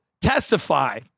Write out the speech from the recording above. testify